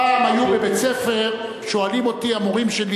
פעם היו שואלים אותי המורים שלי